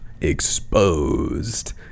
exposed